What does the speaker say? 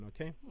okay